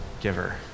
giver